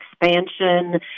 expansion